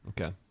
Okay